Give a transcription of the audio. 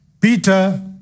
Peter